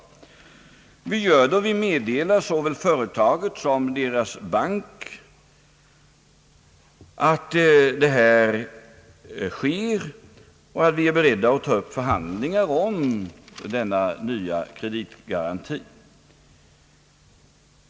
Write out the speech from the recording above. Vi gör det, och vi meddelar såväl företaget som dess bank att så skett och att vi är beredda att ta upp förhandlingar om denna nya kreditgaranti.